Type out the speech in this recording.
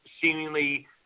seemingly